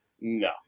No